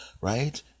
right